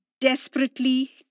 desperately